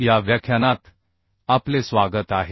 या व्याख्यानात आपले स्वागत आहे